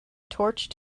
torch